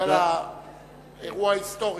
בגלל האירוע ההיסטורי,